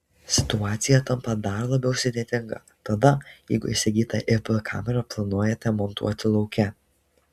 situacija tampa dar labiau sudėtinga tada jeigu įsigytą ip kamerą planuojate montuoti lauke